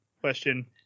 question